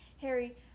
Harry